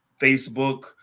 Facebook